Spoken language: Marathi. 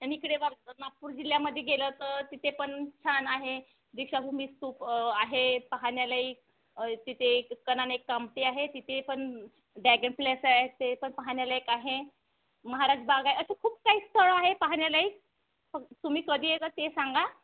आणि इकडे नागपूर जिल्ह्यामध्ये गेलं तर तिते पण छान आहे दीक्षाभूमी स्तूप आहे पाहण्यालायक तिथे कामठी आहे तिथे पण डॅगन प्लेस आहे ते पण पाहण्यालायक आहे महाराज बाग आहे असे खूप काही स्थळं आहे पाहण्यालायक तुम्ही कधी येता ते सांगा